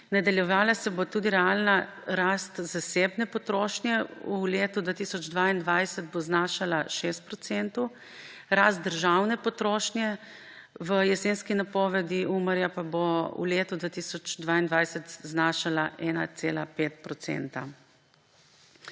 Nadaljevala se bo tudi realna rast zasebne potrošnje, v letu 2022 bo znašala 6 %, rast državne potrošnje v jesenski napovedi Umarja pa bo v letu 2022 znašala 1,5 %.